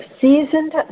seasoned